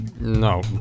No